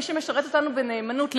מי שמשרת אותנו בנאמנות.